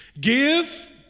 Give